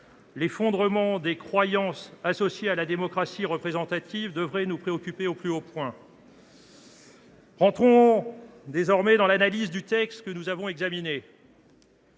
l’effondrement des croyances associées à la démocratie représentative devrait nous préoccuper au plus haut point. Entrons maintenant dans l’analyse du texte que nous avons examiné.